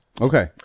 Okay